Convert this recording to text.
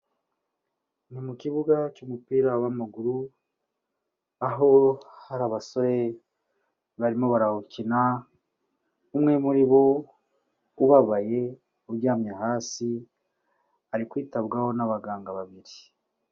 Ni mu kibuga cy'umupira w'amaguru, aho hari abasore barimo barawukina, umwe muri bo ubabaye, uryamye hasi, ari kwitabwaho n'abaganga babiri.